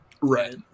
right